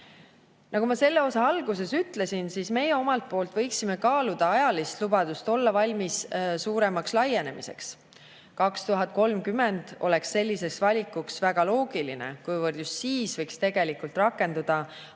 Nagu ma selle osa alguses ütlesin, meie omalt poolt võiksime kaaluda ajalist lubadust olla valmis suuremaks laienemiseks. 2030 oleks selliseks valikuks väga loogiline, kuivõrd just siis võiks tegelikult rakenduda uus